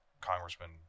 Congressman